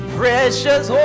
precious